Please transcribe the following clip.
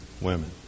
women